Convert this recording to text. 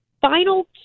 final